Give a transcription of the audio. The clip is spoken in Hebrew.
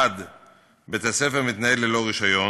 1. בית-הספר מתנהל ללא רישיון,